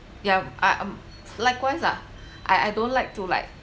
yeah uh um likewise ah I I don't like to like